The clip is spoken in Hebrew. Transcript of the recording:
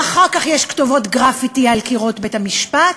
ואחר כך יש כתובות גרפיטי על קירות בית-המשפט,